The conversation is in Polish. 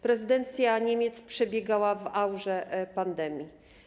Prezydencja Niemiec przebiegała w aurze pandemii.